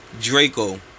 Draco